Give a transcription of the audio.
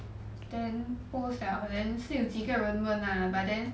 then 过后想 then 是有几个人问 lah but then